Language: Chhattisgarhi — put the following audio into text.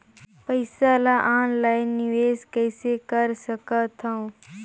पईसा ल ऑनलाइन निवेश कइसे कर सकथव?